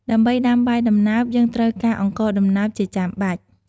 ដើម្បីដាំបាយដំណើប យើងត្រូវការអង្ករដំណើបជាចាំបាច់។